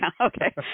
Okay